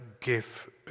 give